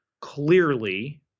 Clearly